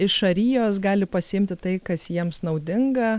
iš šaryjos gali pasiimti tai kas jiems naudinga